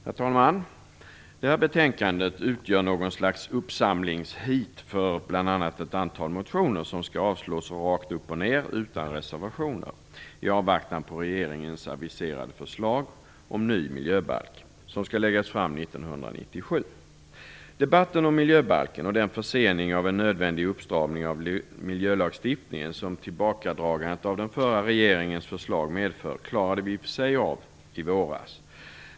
Herr talman! Det här betänkandet fungerar som ett slags uppsamlingsheat bl.a. för ett antal motioner som skall avslås rakt upp och ned, utan reservationer, i avvaktan på regeringens aviserade förslag om ny miljöbalk som skall läggas fram 1997. Debatten om miljöbalken och den försening av en nödvändig uppstramning av miljölagstiftningen som tillbakadragandet av den förra regeringens förslag medförde klarade vi i och för sig av i våras.